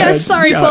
ah sorry, but